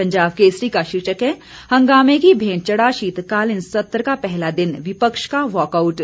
पंजाब केसरी का शीर्षक है हंगामे की भेंट चढ़ा शीतकालीन सत्र का पहला दिन विपक्ष का वॉकआउट